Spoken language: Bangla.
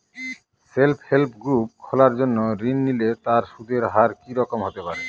সেল্ফ হেল্প গ্রুপ খোলার জন্য ঋণ নিলে তার সুদের হার কি রকম হতে পারে?